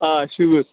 آ ٹھیٖک